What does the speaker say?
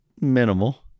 minimal